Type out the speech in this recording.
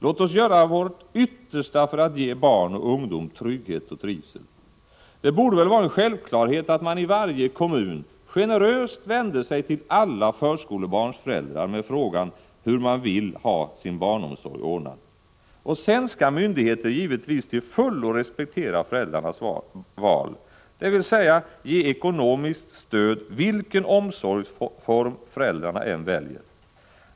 Låt oss göra vårt yttersta för att ge barn och ungdom trygghet och trivsel! Det borde vara en självklarhet att man i varje kommun generöst vänder sig till alla förskolebarns föräldrar med frågan hur de vill ha barnomsorgen ordnad. Sedan skall myndigheter givetvis till fullo respektera föräldrarnas val, dvs. ge ekonomiskt stöd oavsett vilken omsorgsform föräldrarna väljer.